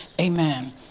amen